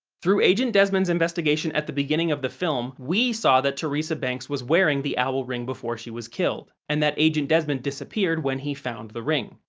through agent desmond's investigation at the beginning of the film, we saw that teresa banks was wearing the owl ring before she was killed, and that agent desmond disappeared when he found the ring.